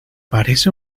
parece